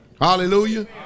Hallelujah